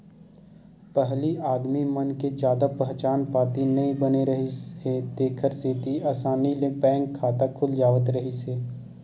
पहिली आदमी मन के जादा पहचान पाती नइ बने रिहिस हे तेखर सेती असानी ले बैंक खाता खुल जावत रिहिस हे